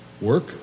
work